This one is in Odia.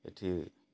ଏଠି